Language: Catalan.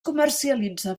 comercialitza